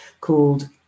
called